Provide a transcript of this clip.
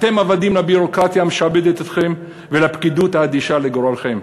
אתם עבדים לביורוקרטיה המשעבדת אתכם ולפקידות האדישה לגורלכם,